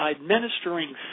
administering